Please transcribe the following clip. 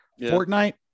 Fortnite